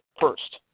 first